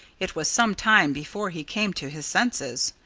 it was some time before he came to his senses.